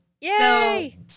yay